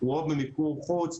הוא או במיקור חוץ,